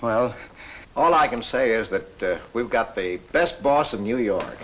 well all i can say is that we've got the best boss in new york